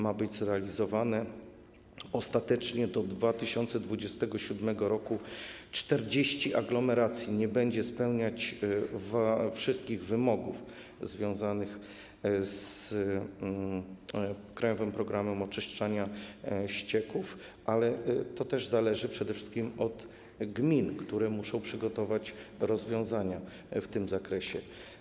Ma to być zrealizowane ostatecznie do 2027 r. 40 aglomeracji nie będzie spełniać wszystkich wymogów związanych z ˝Krajowym programem oczyszczania ścieków komunalnych˝, ale to też zależy przede wszystkim od gmin, które muszą przygotować rozwiązania w tym zakresie.